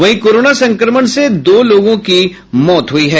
वहीं कोरोना संक्रमण से दो लोगों की मौत हुई है